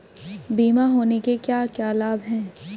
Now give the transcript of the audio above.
बीमा होने के क्या क्या लाभ हैं?